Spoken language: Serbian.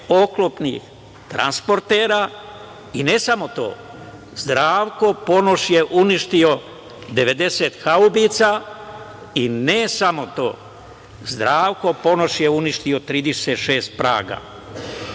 oklopnih transporetera. I ne samo to, Zdravko Ponoš je uništio 90 haubica. I ne samo to, Zdravko Ponoš je uništio 36 praga.